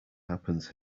happens